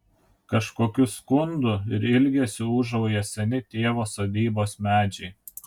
kažkokiu skundu ir ilgesiu ūžauja seni tėvo sodybos medžiai